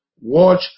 Watch